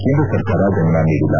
ಕೇಂದ್ರ ಸರ್ಕಾರ ಗಮನ ನೀಡಿಲ್ಲ